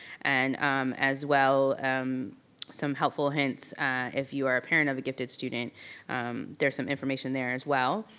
and um as well um some helpful hints if you are a parent of a gifted student there's some information there as well.